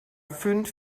fünf